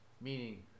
Meaning